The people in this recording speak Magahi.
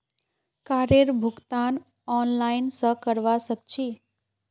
कारेर भुगतान ऑनलाइन स करवा सक छी